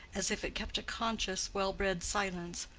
as if it kept a conscious, well-bred silence,